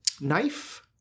knife